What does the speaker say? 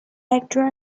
actor